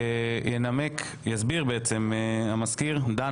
יסביר המזכיר, דן